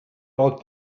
out